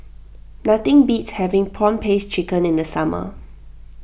nothing beats having Prawn Paste Chicken in the summer